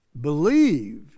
believe